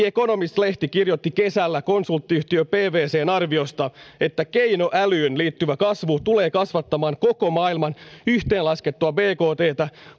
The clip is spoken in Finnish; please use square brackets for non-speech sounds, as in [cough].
[unintelligible] economist lehti kirjoitti kesällä konsulttiyhtiö pwcn arviosta että keinoälyyn liittyvä kasvu tulee kasvattamaan koko maailman yhteenlaskettua bktta